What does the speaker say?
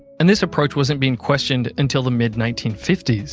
and this approach wasn't being questioned until the mid nineteen fifty s.